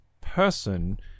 person